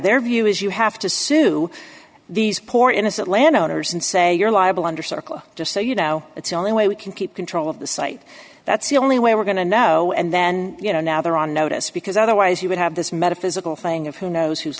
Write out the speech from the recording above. their view is you have to sue these poor innocent landowners and say you're liable under circle just so you know it's only way we can keep control of the site that's the only way we're going to know and then you know now they're on notice because otherwise you would have this metaphysical thing of who knows who's